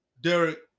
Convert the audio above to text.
Derek